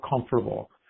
comfortable